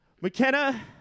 McKenna